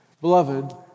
Beloved